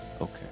okay